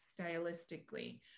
stylistically